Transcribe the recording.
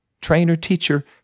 trainer-teacher